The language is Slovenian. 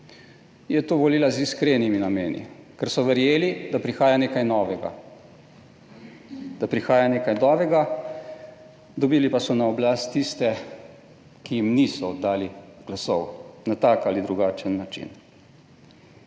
je to volila z iskrenimi nameni, ker so verjeli, da prihaja nekaj novega, dobili pa so na oblast tiste, ki jim niso dali glasov na tak ali drugačen način.